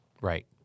right